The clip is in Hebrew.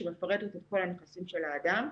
שמפרטת את כל הנכסים של האדם.